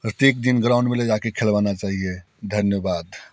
प्रत्येक दिन ग्राउंड में ले जा कर खिलवाना चाहिए धन्यवाद